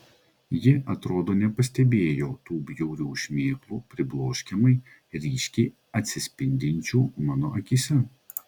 ji atrodo nepastebėjo tų bjaurių šmėklų pribloškiamai ryškiai atsispindinčių mano akyse